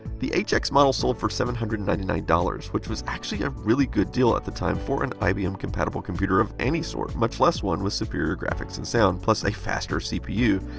the hx model sold for seven hundred and ninety nine dollars, which was actually a really good deal at the time for an ibm compatible computer of any sort, much less one with superior graphics and sound, plus a faster cpu.